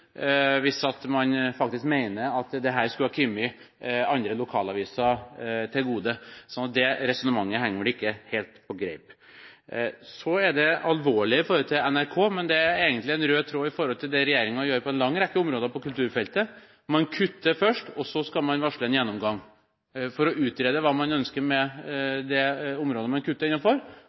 hvis man faktisk mener at dette skulle kommet andre lokalaviser til gode, så det resonnementet henger vel ikke helt på greip. Det er alvorlig når det gjelder NRK, men det er egentlig en rød tråd med tanke på det regjeringen gjør på en lang rekke områder på kulturfeltet. Man kutter først, så skal man varsle en gjennomgang for å utrede hva man ønsker med det området man kutter